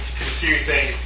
confusing